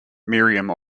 miriam